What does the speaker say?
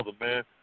man